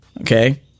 Okay